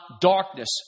darkness